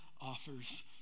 offers